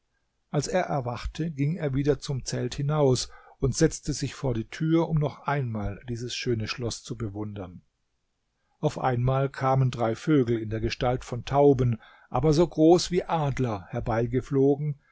als er erwachte ging er wieder zum zelt hinaus und setzte sich vor die tür um noch einmal dieses schöne schloß zu bewundern einige der folgenden nächte haben ähnlichkeit mit denen aus der geschichte hasans aus baßrah konnten aber des zusammenhangs willen nicht ausgelassen werden auf einmal kamen drei vögel in der gestalt von tauben aber so groß wie adler herbeigeflogen